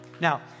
Now